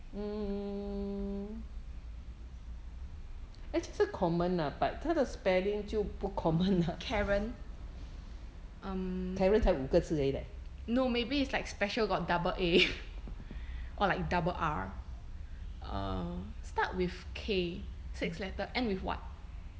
karen um no maybe it's like special got double a or like double r err start with k six letter end with what